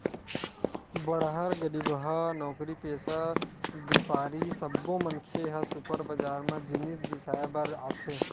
बड़हर, गरीबहा, नउकरीपेसा, बेपारी सब्बो मनखे ह सुपर बजार म जिनिस बिसाए बर आथे